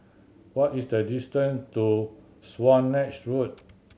what is the distance to Swanage Road